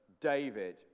David